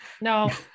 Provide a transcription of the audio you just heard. No